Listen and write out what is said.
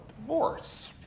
divorce